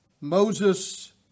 Moses